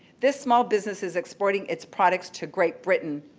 this small business is exporting its products to great britain,